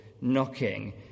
knocking